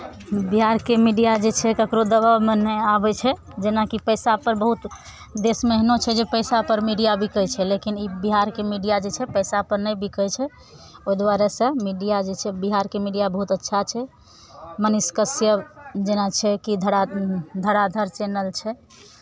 बिहारके मीडिया जे छै ककरो दबावमे नहि आबै छै जेनाकि पैसापर बहुत देशमे अहिनो छै जे पैसापर मीडिया बिकै छै लेकिन ई बिहारके मीडिया जे छै पैसापर बिकै छै ओहि दुआरे से मीडिया जे छै से बिहारके मीडिया बहुत अच्छा छै मनीष कश्यप जेना छै कि धरा धराधर चैनल छै